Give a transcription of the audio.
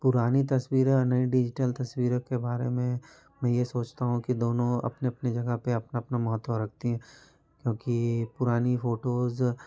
पुरानी तस्वीरें अन डिजिटल तस्वीरों के बारे में मैं ये सोचता हूँ क दोनों अपने अपने जगह पर अपना अपना महत्व रखती है क्योंकि पुरानी फ़ोटोज़